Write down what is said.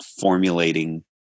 formulating